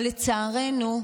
אבל לצערנו,